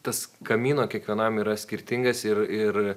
tas kamino kiekvienam yra skirtingas ir ir